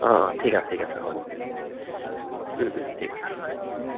অ অ ঠিক আছে ঠিক আছে হ'ব ওম ওম ওম ওম ঠিক আছে